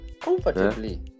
comfortably